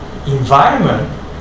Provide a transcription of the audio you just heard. environment